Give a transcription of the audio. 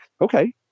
okay